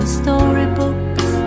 storybooks